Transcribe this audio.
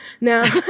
Now